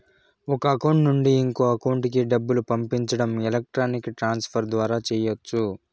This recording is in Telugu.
ఒక అకౌంట్ నుండి ఇంకో అకౌంట్ కి డబ్బులు పంపించడం ఎలక్ట్రానిక్ ట్రాన్స్ ఫర్ ద్వారా చెయ్యచ్చు